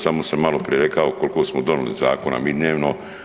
Samo sam malo prije rekao koliko smo donijeli zakona mi dnevno.